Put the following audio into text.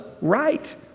right